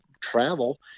travel